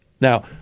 Now